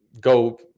go